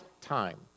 time